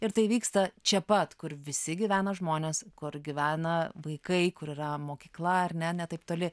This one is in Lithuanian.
ir tai vyksta čia pat kur visi gyvena žmonės kur gyvena vaikai kur yra mokykla ar ne ne taip toli